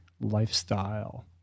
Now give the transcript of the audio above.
lifestyle